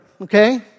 okay